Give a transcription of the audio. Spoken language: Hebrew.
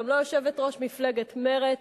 גם לא יושבת-ראש מפלגת מרצ,